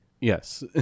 Yes